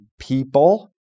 people